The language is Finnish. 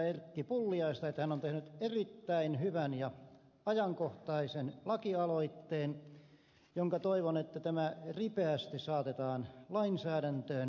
erkki pulliaista että hän on tehnyt erittäin hyvän ja ajankohtaisen lakialoitteen ja toivon että tämä ripeästi saatetaan lainsäädäntöön